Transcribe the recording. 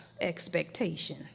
expectation